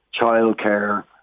childcare